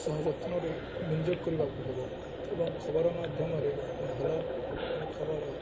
ସହ ଯତ୍ନରେ ବିନିଯୋଗ କରିବାକୁ ହେବ ଏବଂ ଖବର ମାଧ୍ୟମରେ ଭଲ ଭଲ ଖବର